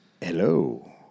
Hello